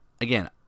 Again